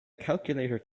calculator